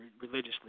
religiously